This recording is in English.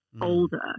older